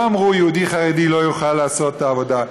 לא אמרו: יהודי חרדי לא יוכל לעשות את העבודה.